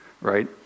right